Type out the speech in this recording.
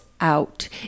out